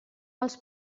els